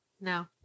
No